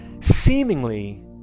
seemingly